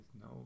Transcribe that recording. no